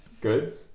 Good